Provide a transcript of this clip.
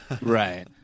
Right